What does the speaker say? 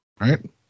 Right